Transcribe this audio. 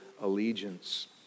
allegiance